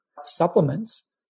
Supplements